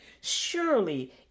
Surely